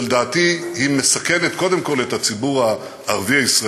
שלדעתי היא מסכנת קודם כול את הציבור הערבי-ישראלי,